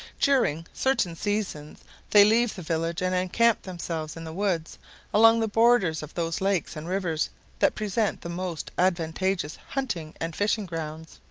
during certain seasons they leave the village, and encamp themselves in the woods along the borders of those lakes and rivers that present the most advantageous hunting and fishing grounds.